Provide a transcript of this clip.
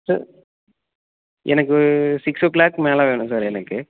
sir எனக்கு six o'clock மேலே வேணும் சார் எனக்கு